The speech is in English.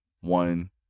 one